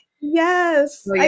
Yes